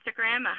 Instagram